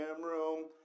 room